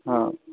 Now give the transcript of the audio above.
ਹਾਂ